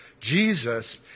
Jesus